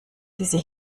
diese